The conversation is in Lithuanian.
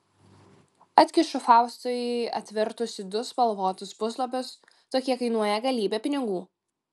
atkišu faustui atvertusi du spalvotus puslapius tokie kainuoja galybę pinigų